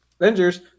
Avengers